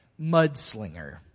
Mudslinger